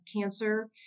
cancer